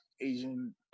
Asian –